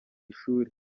ishuri